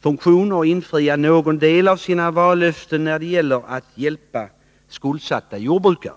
funktion och infria någon del av sina vallöften när det gäller att hjälpa skuldsatta jordbrukare.